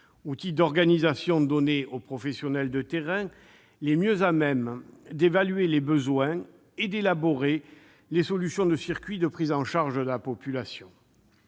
outil d'organisation donné aux professionnels du terrain, qui sont les mieux à même d'évaluer les besoins et d'élaborer les solutions de circuits de prise en charge de la population.